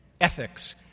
ethics